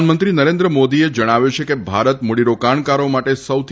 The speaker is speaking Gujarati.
પ્રધાનમંત્રી નરેન્દ્ર મોદીએ જણાવ્યું છે કે ભારત મૂડીરોકાણકારો માટે સૌથી